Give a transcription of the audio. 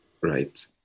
right